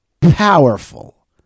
powerful